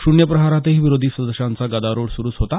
शून्य प्रहरातही विरोधी सदस्यांचा गदारोळ सुरूच होता